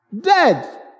Dead